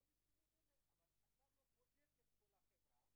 דבר שהוא מאוד מקובל במדינות כמו ארצות-הברית,